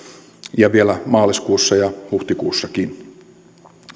ja vielä maaliskuussa ja huhtikuussakin